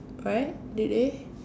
right did they